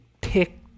pick